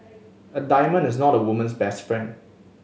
a diamond is not a woman's best friend